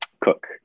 Cook